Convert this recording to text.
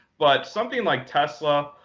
but something like tesla,